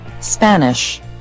Spanish